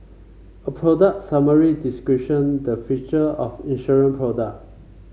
a product summary description the feature of an insurance product